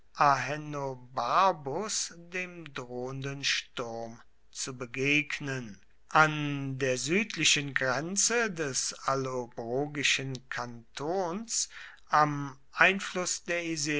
dem drohenden sturm zu begegnen an der südlichen grenze des allobrogischen kantons am einfluß der